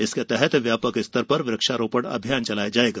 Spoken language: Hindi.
इसके तहत व्यापक स्तर पर वृक्षारोपण अभियान चलाया जाएगा